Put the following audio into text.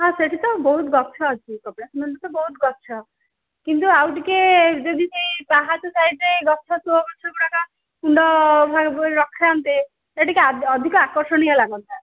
ହଁ ସେଇଠି ତ ବହୁତ ଗଛ ଅଛି କପିଳାସ ମନ୍ଦିରରେ ତ ବହୁତ ଗଛ କିନ୍ତୁ ଆଉ ଟିକିଏ ଯଦି ସେଇ ପାହାଚ ସାଇଡ଼୍ରେ ଗଛ ସୋ ଗଛ ଗଛଗୁଡ଼ାକ କୁଣ୍ଡ କରିକି ରଖନ୍ତେ ସେ ଟିକିଏ ଅଧିକ ଆକର୍ଷଣୀୟ ଲାଗନ୍ତା